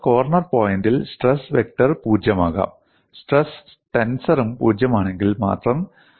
അതിനാൽ കോർണർ പോയിന്റിൽ stress vector പൂജ്യമാകാം സ്ട്രെസ് ടെൻസറും പൂജ്യമാണെങ്കിൽ മാത്രം